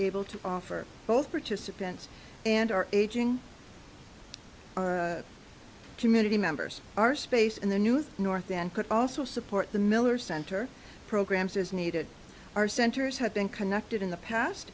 able to offer both participants and our aging community members are space in the new north and could also support the miller center programs as needed our centers have been connected in the past